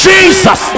Jesus